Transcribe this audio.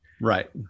Right